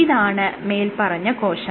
ഇതാണ് മേല്പറഞ്ഞ കോശം